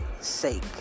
Sake